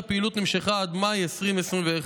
והפעילות נמשכה עד מאי 2021,